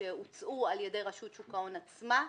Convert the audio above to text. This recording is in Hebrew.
שהוצאו על ידי רשות שוק ההון עצמה,